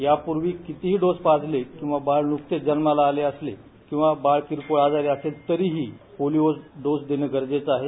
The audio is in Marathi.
यापूर्वी कितीही डोस पाजले किंवा बाळ नुकतेच जन्माला आले असले किंवा बाळ किरकोळ आजारी असेल तरीही पोलिओ डोस देणं गरजेचं आहे